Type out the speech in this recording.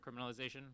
criminalization